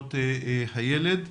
לזכויות הילד,